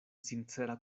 sincera